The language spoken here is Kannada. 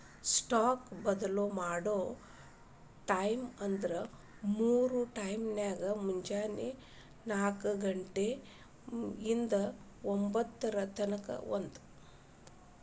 ಸ್ಟಾಕ್ ಬದ್ಲಿ ಮಾಡೊ ಟೈಮ್ವ್ಂದ್ರ ಮೂರ್ ಟೈಮ್ನ್ಯಾಗ, ಮುಂಜೆನೆ ನಾಕ ಘಂಟೆ ಇಂದಾ ಒಂಭತ್ತರ ತನಕಾ ಒಂದ್